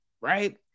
Right